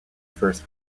first